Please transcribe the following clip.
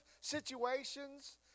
situations